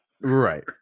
Right